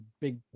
big